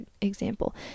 example